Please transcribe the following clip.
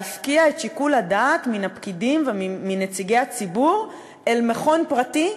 להפקיע את שיקול הדעת מהפקידים ומנציגי הציבור אל מכון פרטי,